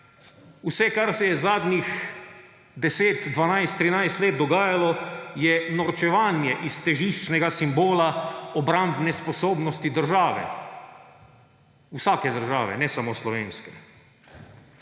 Vse, kar se je zadnjih 10, 12, 13 let dogajalo, je norčevanje iz težiščnega simbola obrambne sposobnosti države. Vsake države, ne samo slovenske.